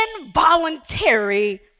involuntary